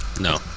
no